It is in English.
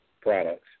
products